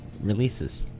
releases